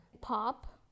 Pop